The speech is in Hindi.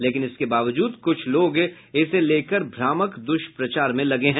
लेकिन इसके बावजूद कुछ लोग इसे लेकर भ्रामक दुष्प्रचार में लगे हैं